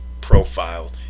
profile